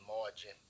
margin